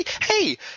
hey